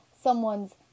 someone's